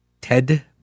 Ted